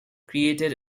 created